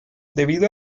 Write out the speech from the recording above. debido